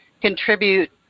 contribute